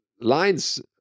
lines